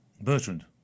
Bertrand